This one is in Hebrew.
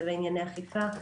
זה בענייני אכיפה.